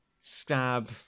stab